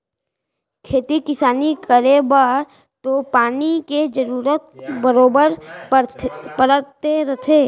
खेती किसान करे बर तो पानी के जरूरत बरोबर परते रथे